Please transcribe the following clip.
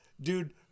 dude